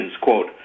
quote